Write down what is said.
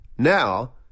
Now